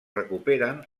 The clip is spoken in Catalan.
recuperen